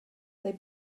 they